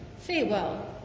Farewell